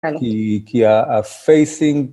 ‫כי הפייסינג...